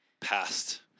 passed